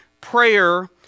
Prayer